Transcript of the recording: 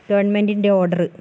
ഗവൺമെൻറ്റിൻറെ order